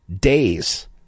days